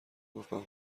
گفتمن